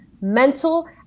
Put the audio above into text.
mental